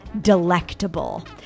delectable